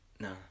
No